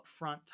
upfront